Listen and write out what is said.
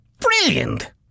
Brilliant